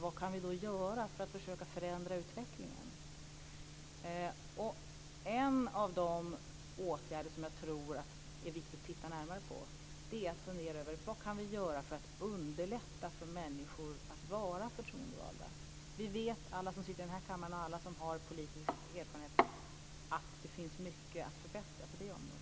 Vad kan vi göra för att försöka förändra utvecklingen? En av de saker som jag tror att det är viktigt att titta närmare på är vad vi kan göra för att underlätta för människor att vara förtroendevalda. Alla som sitter i denna kammare och alla som har politisk erfarenhet vet att det finns mycket att förbättra på det området.